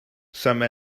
some